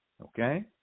okay